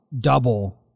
double